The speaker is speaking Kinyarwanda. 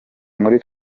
muri